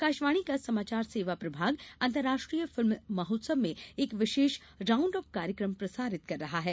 आकाशवाणी का समाचार सेवा प्रभाग अंतर्राष्ट्रीय फिल्म महोत्सव में एक विशेष राउण्डअप कार्यकम प्रसारित कर रहा है